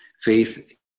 faith